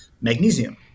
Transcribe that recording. Magnesium